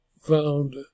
found